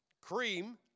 Cream